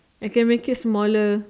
I can make it smaller